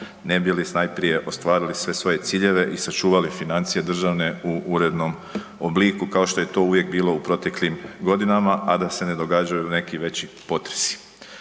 ne bi li najprije ostvarili sve svoje ciljeve i sačuvali financije državne u urednom obliku, kao što je to uvijek bilo u proteklim godinama, a da se ne događaju neki veći potresi.